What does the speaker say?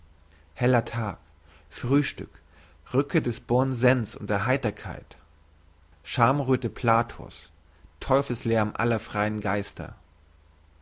heller tag frühstück rückkehr des bon sens und der heiterkeit schamröthe plato's teufelslärm aller freien geister